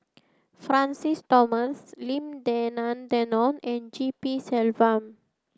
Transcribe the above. Francis Thomas Lim Denan Denon and G P Selvam